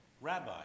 Rabbi